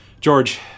George